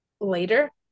later